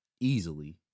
Easily